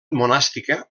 monàstica